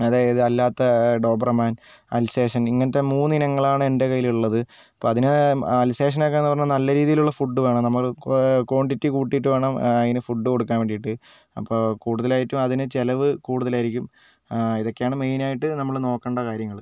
അതായത് അല്ലാത്ത Doberman Alsatian ഇങ്ങനത്തെ മൂന്നിനങ്ങളാണ് എന്റെ കയ്യിലുള്ളത് അപ്പോൾ അതിനെ അൽസേഷ്യനൊക്കെന്നു പറഞ്ഞാൽ നല്ല രീതിയിലുള്ള ഫുഡ് വേണം നമ്മൾ ക്വാണ്ടിറ്റി കൂട്ടിട്ട് വേണം അതിന് ഫുഡ് കൊടുക്കാൻ വേണ്ടിട്ട് അപ്പോൾ കൂടുതലായിട്ടും അതിന് ചിലവ് കൂടുതലായിരിക്കും ഇതൊക്കെയാണ് മെയിനായിട്ട് നമ്മൾ നോക്കേണ്ട കാര്യങ്ങൾ